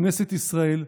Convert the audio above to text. כנסת ישראל,